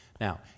Now